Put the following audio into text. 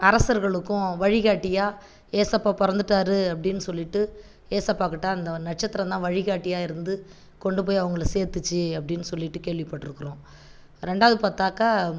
அரசர்களுக்கும் வழிகாட்டியாக இயேசப்பா பிறந்துட்டாரு அப்படின்னு சொல்லிவிட்டு இயேசப்பாக்கிட்ட அந்த நட்சத்திரம் தான் வழிகாட்டியாக இருந்து கொண்டு போய் அவுங்கள சேர்த்துச்சி அப்படின்னு சொல்லிவிட்டு கேள்விப்பட்டுருக்குறோம் ரெண்டாவது பார்த்தாக்கா